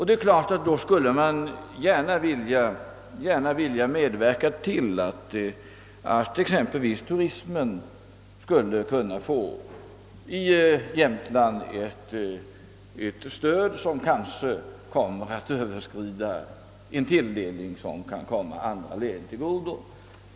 Det är klart att man då gärna skulle vilja medverka till att exempelvis turismen i Jämtland skulle kunna få ett stöd, som kanske kommer att överskrida den tilldelning som kan komma andra län till godo.